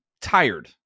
tired